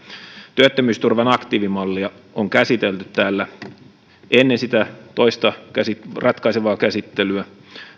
työttömyysturvan aktiivimallia on käsitelty täällä ennen sitä toista ratkaisevaa käsittelyä